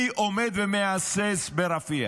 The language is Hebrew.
מי עומד ומהסס ברפיח?